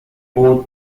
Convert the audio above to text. both